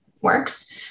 works